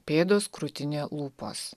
pėdos krūtinė lūpos